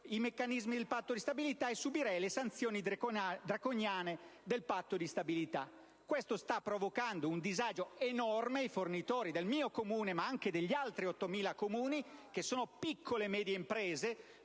i meccanismi del Patto di stabilità e subirei le sanzioni draconiane previste dal Patto stesso. Questo sta provocando un disagio enorme ai fornitori del mio Comune e degli altri 8.000 Comuni, che sono piccole e medie imprese,